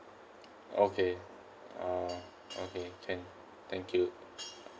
okay uh okay can thank you